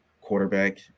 quarterback